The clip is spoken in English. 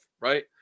Right